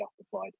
justified